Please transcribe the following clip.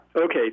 Okay